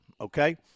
okay